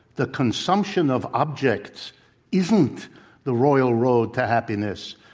the consumption of objects isn't the royal road to happiness.